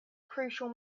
crucial